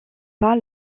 pas